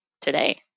today